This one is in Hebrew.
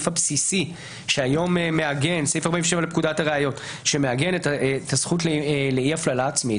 הבסיסי שהיום מעגן את הזכות לאי הפללה עצמית,